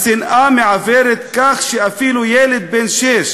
השנאה מעוורת כך שאפילו ילד בן שש